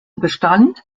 bestand